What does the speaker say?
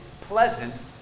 pleasant